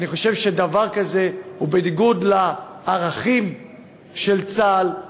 אני חושב שדבר כזה הוא בניגוד לערכים של צה"ל,